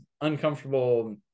uncomfortable